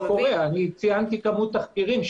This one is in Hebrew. ציינתי כמות תחקירים.